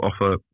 offer